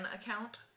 account